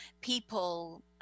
people